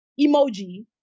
emoji